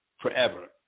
forever